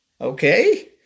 okay